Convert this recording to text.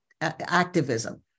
activism